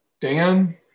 Dan